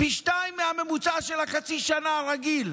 זה פי-שניים מהממוצע של החצי שנה הרגיל.